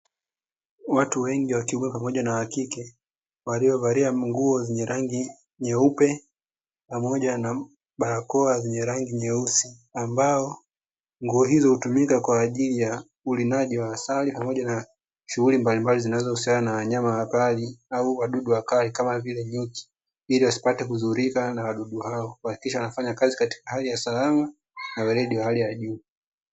Watu wengi wakiume na wakike walio valia nguo za rangi nyeupe pamoja na barakoa zenye rangi nyeusi, ambao nguo hizo hutumika kwajili ya ulimaji wa asali pamoja na shughuli mbalimbali zinazohusiana na wanyama wakali na wadudu wakali kamavile nyoki ili wasipate kuzurika na wadudu hao kuhakikisha wanafanya kazi katika hali ya usalama na uheredi wa hali ya juu.